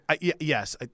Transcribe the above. yes